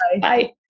Bye